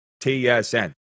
TSN